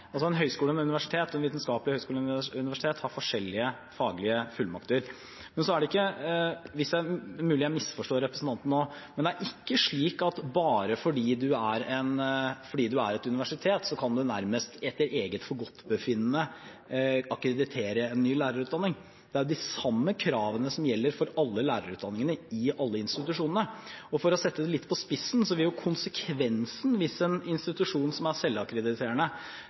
forskjellige faglige fullmakter. Det er mulig jeg misforstår representanten nå, men det er ikke slik at bare fordi man er et universitet, kan man nærmest etter eget forgodtbefinnende akkreditere en ny lærerutdanning, det er jo de samme kravene som gjelder for alle lærerutdanningene i alle institusjonene. For å sette det litt på spissen: For en institusjon som er selvakkrediterende, vil konsekvensen av å slurve med dette være at når NOKUT senere kommer med et tilsyn, kan man risikere at man mister muligheten, eller at man må reakkrediteres. Vi har tillit til at de selvakkrediterende